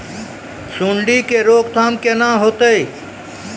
सुंडी के रोकथाम केना होतै?